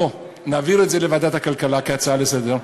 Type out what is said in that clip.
בואו נעביר את זה לוועדת הכלכלה כהצעה לסדר-היום,